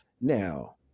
Now